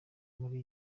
muri